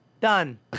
done